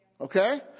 Okay